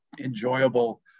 enjoyable